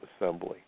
assembly